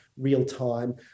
real-time